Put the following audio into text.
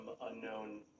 unknown